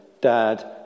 Dad